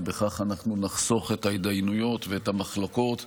ובכך אנחנו נחסוך את ההתדיינויות ואת המחלוקות,